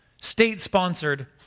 state-sponsored